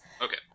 Okay